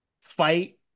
fight